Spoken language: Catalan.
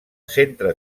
centre